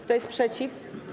Kto jest przeciw?